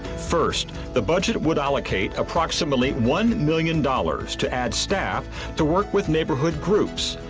first, the budget would allocate approximately one million dollars to add staff to work with neighborhood groups,